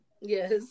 Yes